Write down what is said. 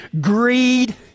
greed